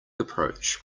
approach